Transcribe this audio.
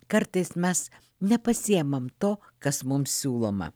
kartais mes nepasiimam to kas mums siūloma